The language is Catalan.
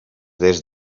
des